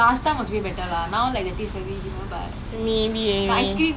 oh my god reminds me I miss Ikea like hotdogs